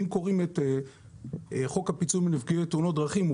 אם קוראים את חוק הפיצויים לנפגעי תאונות דרכים,